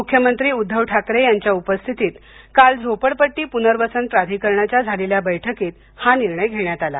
मुख्यमंत्री उद्दव ठाकरे यांच्या उपस्थितीत काल झोपडपट्टी पुनर्वसन प्राधिकरणाच्या झालेल्या बैठकीत हा निर्णय घेण्यात आला